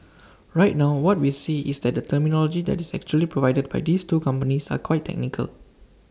right now what we see is that the terminology that is actually provided by these two companies are quite technical